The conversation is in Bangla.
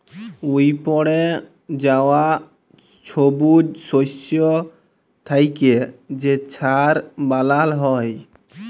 উইপড়ে যাউয়া ছবুজ শস্য থ্যাইকে যে ছার বালাল হ্যয়